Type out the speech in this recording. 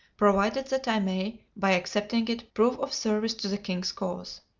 provided that i may, by accepting it, prove of service to the king's cause.